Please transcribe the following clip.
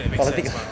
politics